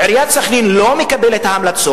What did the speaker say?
ה-100% בעברית,